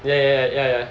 yeah yeah yeah